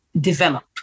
develop